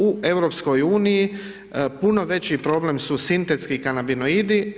U EU puno veći problem su sintetski kanabinoidi.